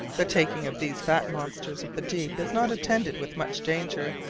the taking of these fat monsters of the deep is not attended with much danger.